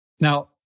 Now